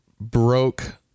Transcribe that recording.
broke